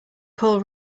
call